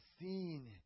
seen